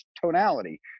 tonality